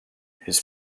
his